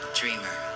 dreamer